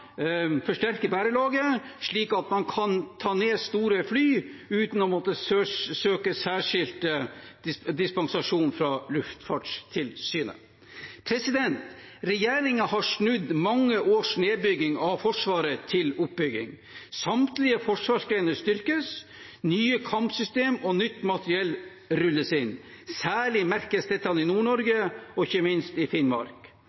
bærelaget, slik at man kan ta ned store fly uten å måtte søke særskilt dispensasjon fra Luftfartstilsynet. Regjeringen har snudd mange års nedbygging av Forsvaret til oppbygging. Samtlige forsvarsgrener styrkes. Nye kampsystemer og nytt materiell rulles inn. Særlig merkes dette i Nord-Norge, og ikke minst i Finnmark.